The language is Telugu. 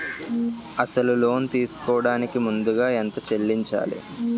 అసలు లోన్ తీసుకోడానికి ముందుగా ఎంత చెల్లించాలి?